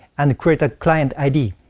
and create a client id.